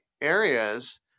areas